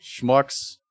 Schmucks